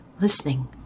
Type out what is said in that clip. listening